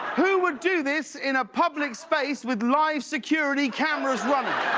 who would do this in a public space with live security cameras running?